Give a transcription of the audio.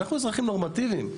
אנחנו אזרחים נורמטיביים.